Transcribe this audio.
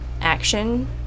action